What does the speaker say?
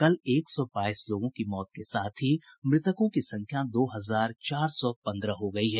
कल एक सौ बाईस लोगों की मौत के साथ ही मृतकों की संख्या दो हजार चार सौ पंद्रह हो गई है